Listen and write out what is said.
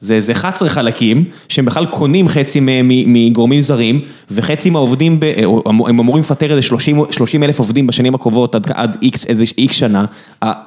זה איזה 11 חלקים, שהם בכלל קונים חצי מהם מ...מגורמים זרים וחצי מהעובדים, הם אמורים לפטר איזה 30... 30 אלף עובדים בשנים הקרובות עד איקס איזה איקס שנה.